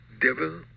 devil